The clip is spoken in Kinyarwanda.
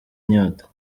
inyota